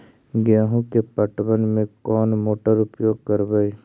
गेंहू के पटवन में कौन मोटर उपयोग करवय?